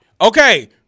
Okay